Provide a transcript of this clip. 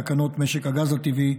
תקנות משק הגז הטבעי,